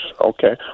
okay